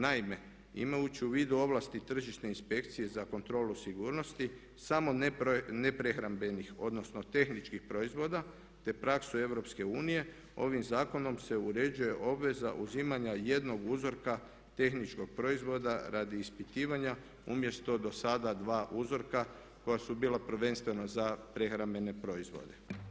Naime, imajući u vidu ovlasti Tržišne inspekcije za kontrolu sigurnosti samo neprehrambenih, odnosno tehničkih proizvoda, te praksu EU ovim zakonom se uređuje obveza uzimanja jednog uzorka tehničkog proizvoda radi ispitivanja, umjesto do sada 2 uzorka koja su bila prvenstveno za prehrambene proizvode.